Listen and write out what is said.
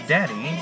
Daddy